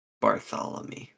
Bartholomew